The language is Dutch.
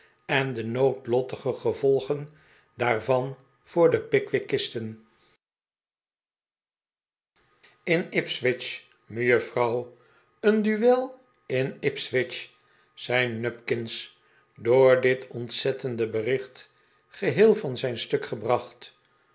zei de burgemeester waar in ipswich ih ipswich mejuffrouw een duel in ipswich zei nupkins door dit ontzettende bericht geheel van zijn stuk gebracht